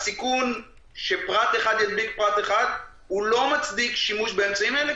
הסיכון שפרט אחד ידביק פרט אחד לא מצדיק שימוש באמצעים האלה,